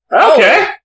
Okay